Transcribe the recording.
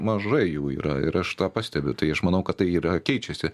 mažai jų yra ir aš tą pastebiu tai aš manau kad tai ir keičiasi